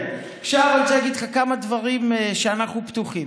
עכשיו אני רוצה להגיד לך כמה דברים שאנחנו פתוחים